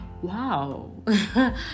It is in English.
wow